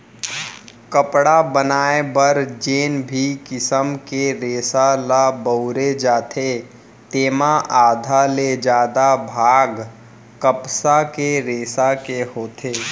कपड़ा बनाए बर जेन भी किसम के रेसा ल बउरे जाथे तेमा आधा ले जादा भाग कपसा के रेसा के होथे